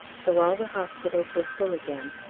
so all the hospitals were full again,